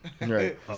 Right